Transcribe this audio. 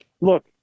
look